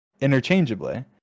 interchangeably